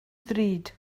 ddrud